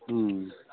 हुँ